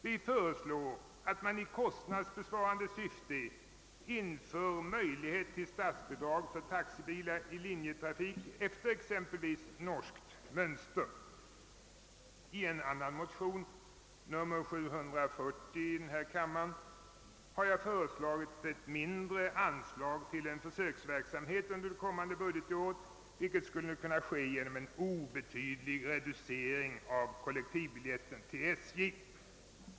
Vi föreslår att man i kostnadsbesparande syfte inför möjlighet till statsbidrag för taxibilar i linjetrafik efter exempelvis norskt mönster. I en annan motion, II: 740, har jag föreslagit ett mindre anslag till en försöksverksamhet under kommande budgetår, vilket skulle kunna ske genom en obetydlig reducering av kollektivbiljetten till SJ.